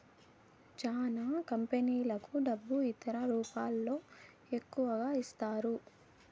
చానా కంపెనీలకు డబ్బు ఇతర రూపాల్లో ఎక్కువగా ఇస్తారు